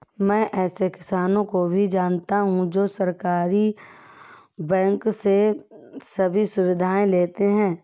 मैं ऐसे किसानो को भी जानता हूँ जो सहकारी बैंक से सभी सुविधाएं लेते है